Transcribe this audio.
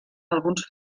alguns